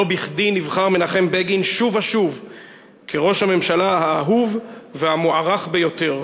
לא בכדי נבחר מנחם בגין שוב ושוב כראש הממשלה האהוב והמוערך ביותר,